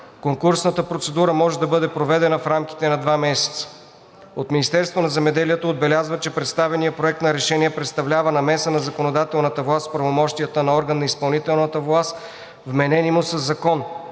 Конкурсната процедура може да бъде проведена в рамките на два месеца. От Министерството на земеделието отбелязват, че представеният Проект на решение представлява намеса на законодателната власт в правомощията на орган на изпълнителната власт, вменени му със закон.